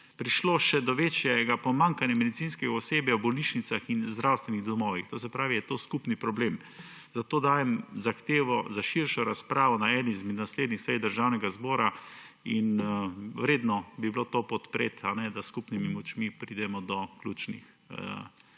prišlo še do večjega pomanjkanja medicinskega osebja v bolnišnicah in zdravstvenih domovih; to se pravi, je to skupni problem. Zato dajem zahtevo za širšo razpravo na eni izmed naslednjih sej Državnega zbora in vredno bi bilo to podpreti, da s skupnimi močmi pridemo do ključnih